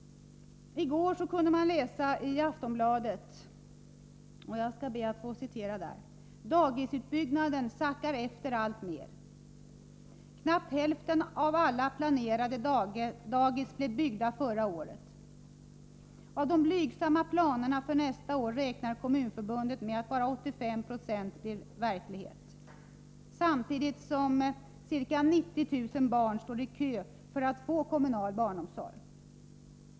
I går kunde man läsa följande i Aftonbladet: ”Dagisutbyggnaden sackar efter allt mer. Knappt hälften av alla planerade dagis blev byggda förra året. Av de blygsamma planerna för nästa år räknar Kommunförbundet med att bara 85 96 blir verklighet. Samtidigt som ca 90 000 barn står i kö för att få kommunal barnomsorg!